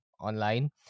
online